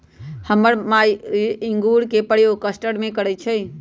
हमर माय इंगूर के प्रयोग कस्टर्ड में करइ छै